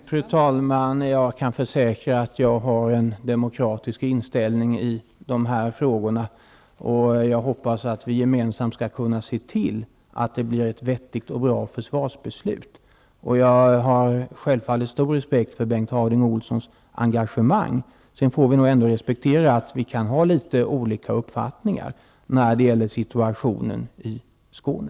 Fru talman! Jag kan försäkra om att jag har en demokratisk inställning i de här frågorna, och jag hoppas att vi gemensamt skall kunna se till att det blir ett vettigt och bra försvarsbeslut. Jag har självfallet stor respekt för Bengt Harding Olsons engagemang, men sedan får vi nog ändå acceptera att vi kan ha litet olika uppfattningar när det gäller situationen i Skåne.